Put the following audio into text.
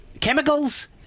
chemicals